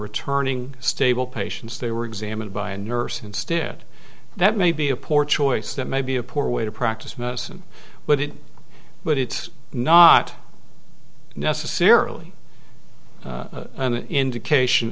returning stable patients they were examined by a nurse instead that may be a poor choice that may be a poor way to practice medicine with it but it's not necessarily an indication